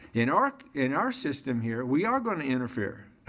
in our in our system here, we are gonna interfere.